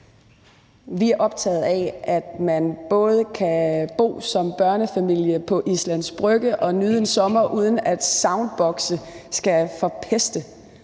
Vi er optaget af, at man som børnefamilie kan bo på Islands Brygge og nyde en sommer, uden at soundbokse skal forpeste